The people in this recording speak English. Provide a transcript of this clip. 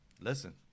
listen